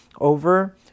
over